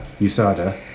USADA